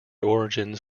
origins